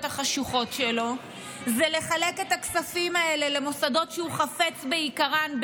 החשוכות שלו ולחלק את הכספים האלה למוסדות שהוא חפץ ביקרם,